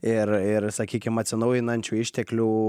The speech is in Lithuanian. ir ir sakykim atsinaujinančių išteklių